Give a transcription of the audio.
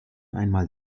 einmal